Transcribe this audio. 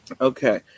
Okay